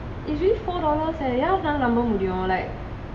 it's really four dollars leh யாருனாள நம்ப முடியும்:yaarunaala namba mudiyum like